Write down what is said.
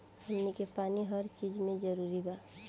हमनी के पानी हर चिज मे जरूरी बा